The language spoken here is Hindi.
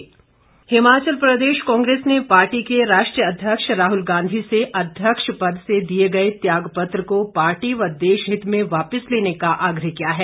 कांग्रेस हिमाचल प्रदेश कांग्रेस ने पार्टी के राष्ट्रीय अध्यक्ष राहुल गांधी से अध्यक्ष पद से दिए गए त्याग पत्र को पार्टी व देशहित में वापिस लेने का आग्रह किया है